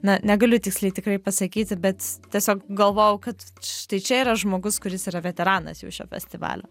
na negaliu tiksliai tikrai pasakyti bet tiesiog galvojau kad štai čia yra žmogus kuris yra veteranas jau šio festivalio